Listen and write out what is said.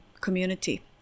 community